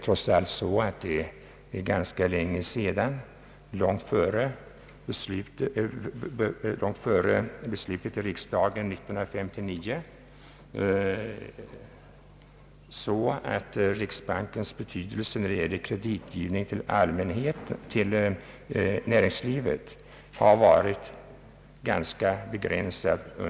Trots allt förhåller det sig väl på det sättet att riksbankens betydelse när det gäller kreditgivning till näringslivet långt före riksdagens beslut 1959 varit ganska begränsad.